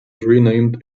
renamed